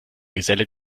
geselle